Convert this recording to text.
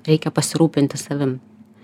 reikia pasirūpinti savim